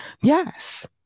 Yes